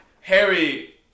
Harry